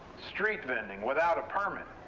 street vending without a permit,